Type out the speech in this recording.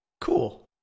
cool